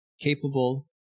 capable